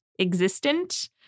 existent